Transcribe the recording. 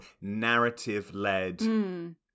narrative-led